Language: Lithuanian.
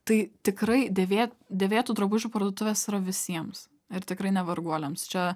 tai tikrai dėvėt dėvėtų drabužių parduotuvės yra visiems ir tikrai ne varguoliams čia